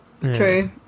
True